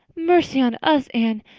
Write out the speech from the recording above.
mercy on us, anne,